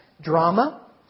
drama